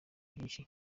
byinshi